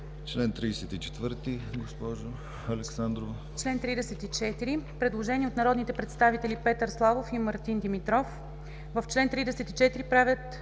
Член 34, госпожо Александрова.